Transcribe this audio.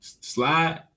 slide